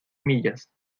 millas